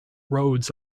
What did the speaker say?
roads